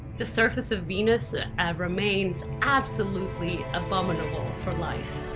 the surface of venus ah and remains absolutely abominable for life.